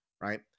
right